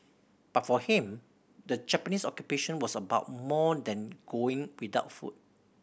but for him the Japanese Occupation was about more than going without food